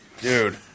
Dude